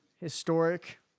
historic